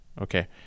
Okay